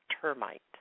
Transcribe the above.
termite